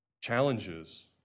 Challenges